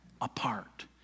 apart